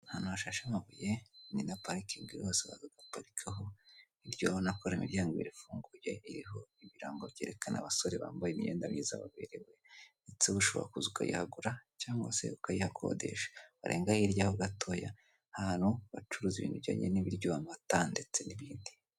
Ahantu hashashe amabuye ni na parikingi abantu bose baza guparikaho, hirya ubona ko hari imiryango ibiri ifunguye, iriho ibirango byerekaba abasore bambaye imyenda myiza baberewe, ndetse ushobora kuza ukayihagura cyangwa se ukayihakodesha, warenga hirya ho gatoya, ni ahantu bacuruza ibintu bijyanye n'ibiryo, amata ndetse n'ibindi.